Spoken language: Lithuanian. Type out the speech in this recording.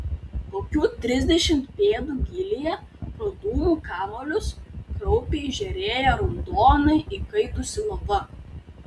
kokių trisdešimt pėdų gylyje pro dūmų kamuolius kraupiai žėrėjo raudonai įkaitusi lava